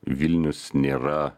vilnius nėra